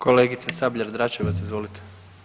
Kolegice Sabljar-Dračevac, izvolite.